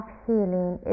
healing